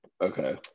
Okay